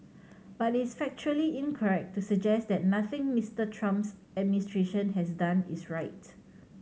but is factually incorrect to suggest that nothing Mister Trump's administration has done is right